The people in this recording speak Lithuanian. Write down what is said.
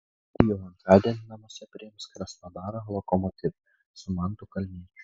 vilniečiai jau antradienį namuose priims krasnodaro lokomotiv su mantu kalniečiu